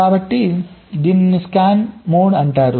కాబట్టి దీనిని scan mode అంటారు